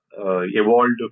evolved